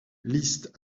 liste